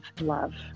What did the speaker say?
love